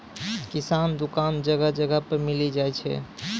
किराना दुकान जगह जगह पर मिली जाय छै